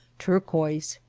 turquoise,